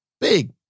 big